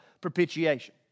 propitiation